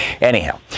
anyhow